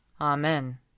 Amen